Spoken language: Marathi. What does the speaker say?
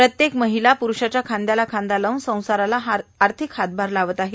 प्रत्येक महिला पुरूषांच्या खांद्याला खांदा लावून संसाराला आर्थिक हातभार लावत आहे